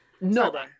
No